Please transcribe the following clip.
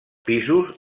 pisos